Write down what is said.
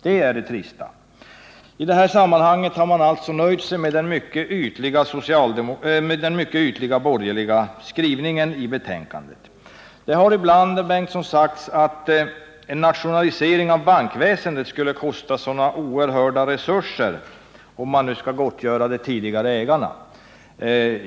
detta sammanhang har man nöjt sig med den mycket ytliga borgerliga skrivningen i betänkandet. Det har ibland sagts att en nationalisering av bankväsendet skulle kosta sådana oerhörda resurser om man skulle gottgöra de tidigare ägarna.